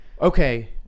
Okay